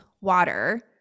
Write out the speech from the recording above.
water